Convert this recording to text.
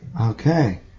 okay